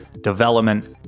development